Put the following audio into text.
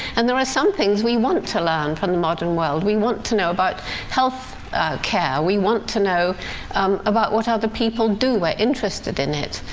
and there are some things we want to learn from the modern world. we want to know about health care. we want to know about what other people do we're interested in it.